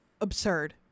absurd